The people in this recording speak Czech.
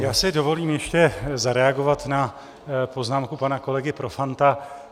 Já si dovolím ještě zareagovat na poznámku pana kolegy Profanta.